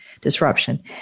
disruption